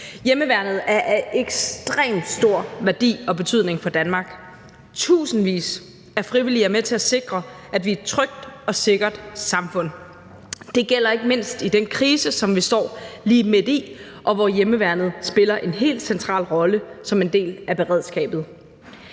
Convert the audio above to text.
Hjemmeværnet er af ekstrem stor værdi og betydning for Danmark. Tusindvis af frivillige er med til at sikre, at vi er et trygt og sikkert samfund. Det gælder ikke mindst i den krise, som vi står lige midt i, hvor hjemmeværnet spiller en helt central rolle som en del af beredskabet.